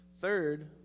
Third